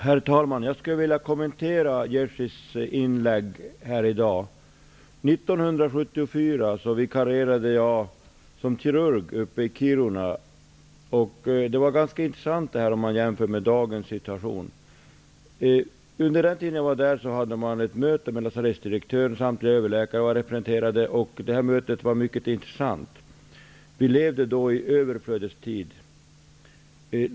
Herr talman! Jag skulle vilja kommentera Jerzy Einhorns inlägg här i dag. 1974 vikarierade jag som kirurg i Kiruna. Det var ganska intressant, om man jämför med dagens situation. Under tiden jag var där hade man ett möte med lasarettsdirektören, i vilket samtliga överläkare deltog. Vi levde då i överflödets tid.